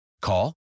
Call